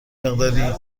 مقداری